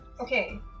Okay